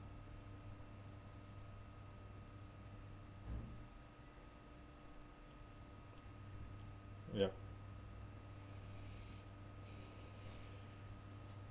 yup